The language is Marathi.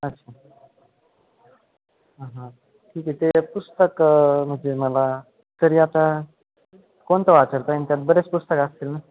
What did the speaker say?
अच्छा हां हां ठीक आहे ते पुस्तक म्हणजे मला तरी आता कोणतं वाचायला पाहिजे ना त्यात बरेच पुस्तकं असतील ना